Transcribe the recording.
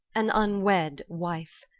an unwed wife.